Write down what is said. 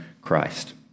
Christ